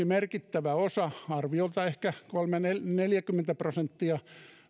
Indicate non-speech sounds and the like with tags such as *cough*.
*unintelligible* merkittävä osa arviolta ehkä kolmekymmentä viiva neljäkymmentä prosenttia